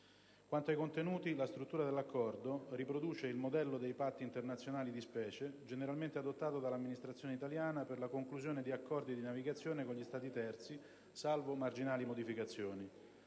Quanto ai contenuti, la struttura dell'Accordo riproduce il modello dei Patti internazionali di specie, generalmente adottato dall'amministrazione italiana per la conclusione di accordi di navigazione con gli Stati terzi, salvo marginali modificazioni.